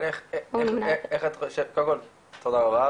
תודה רבה,